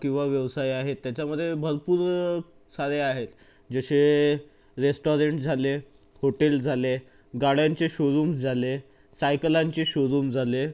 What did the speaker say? किंवा व्यवसाय आहेत त्याच्यामध्ये भरपूर सारे आहेत जसे रेस्टाॅरंट झाले होटेल झाले गाड्यांचे शोरूम्स झाले सायकलींचे शोरूम झाले